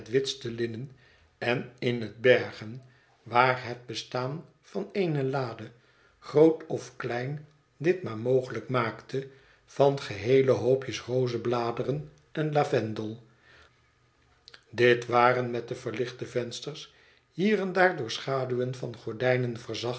linnen en in het bergen waar het bestaan van eene lade groot of klein dit maar mogelijk maakte van geheele hoopjes rozebladeren en lavendel dit waren met de verlichte vensters hier en daar door de schaduwen van gordijnen